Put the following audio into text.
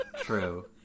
True